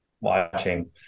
watching